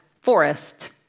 forest